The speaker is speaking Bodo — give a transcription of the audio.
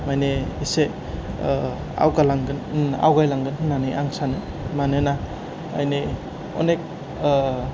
माने इसे आवगालांगोन आवगायलांगोन होननानै आं सानो मानोना माने अनेक